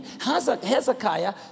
Hezekiah